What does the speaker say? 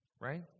Right